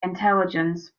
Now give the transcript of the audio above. intelligence